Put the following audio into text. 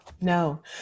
no